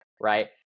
right